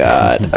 God